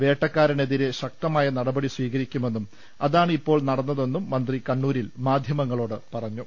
വേട്ടക്കാരനെതിരെ ശക്തമായ നടപടി സ്വീകരിക്കുമെന്നും അതാണ് ഇപ്പോൾ നടന്നതെന്നും മന്ത്രി കണ്ണൂരിൽ മാധ്യമങ്ങളോട് പറഞ്ഞു